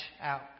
out